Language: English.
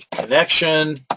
Connection